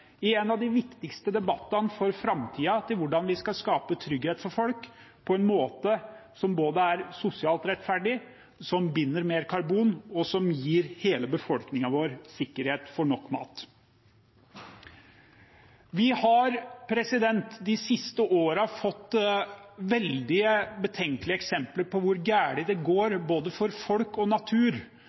i en av de viktigste debattene for framtiden når det gjelder hvordan vi skal skape trygghet for folk på en måte som både er sosialt rettferdig, som binder mer karbon, og som gir hele befolkningen vår sikkerhet for nok mat. Vi har de siste årene fått veldig betenkelige eksempler på hvor gærent det går for både folk og natur